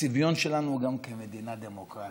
הצביון שלנו גם כמדינה דמוקרטית.